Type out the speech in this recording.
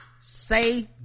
say